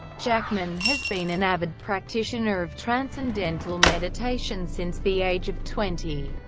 jackman has been an avid practitioner of transcendental meditation since the age of twenty.